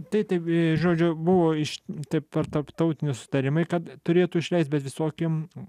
taip taip žodžiu buvo iš per tarptautiniaisusi tariamai kad turėtų išleisti bet visokim